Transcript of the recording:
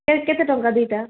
କେତେ ଟଙ୍କା ଦୁଇଟା